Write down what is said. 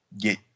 get